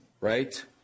right